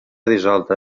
dissolta